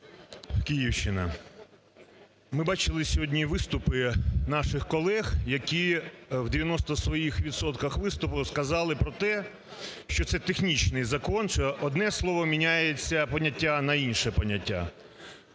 Київщина. Ми бачили сьогодні виступи наших колег, які у 90 своїх відсотках виступів сказали про те, що це технічний закон, що одне слово міняється: поняття на інше поняття.